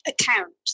account